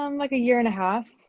um like a year and a half.